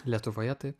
lietuvoje taip